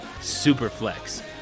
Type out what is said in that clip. SuperFlex